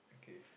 okay